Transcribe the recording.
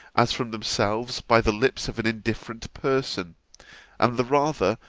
as from themselves, by the lips of an indifferent person and the rather,